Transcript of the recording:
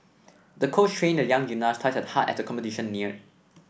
the coach trained the young gymnast twice as hard as the competition near